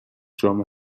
جام